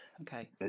okay